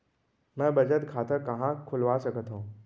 मै बचत खाता कहाँ खोलवा सकत हव?